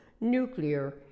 nuclear